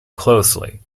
closely